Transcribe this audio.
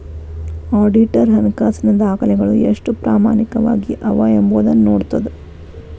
auditor ಹಣಕಾಸಿನ ದಾಖಲೆಗಳು ಎಷ್ಟು ಪ್ರಾಮಾಣಿಕವಾಗಿ ಅವ ಎಂಬೊದನ್ನ ನೋಡ್ತದ